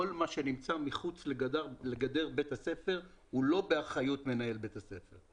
כל מה שנמצא מחוץ לגדר בית הספר הוא לא באחריות מנהל בית הספר.